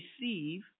receive